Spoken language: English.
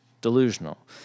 delusional